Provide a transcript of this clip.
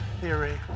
theory